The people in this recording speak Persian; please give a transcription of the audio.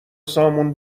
سامون